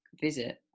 visit